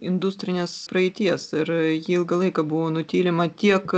industrinės praeities ir ji ilgą laiką buvo nutylima tiek